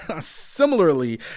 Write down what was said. similarly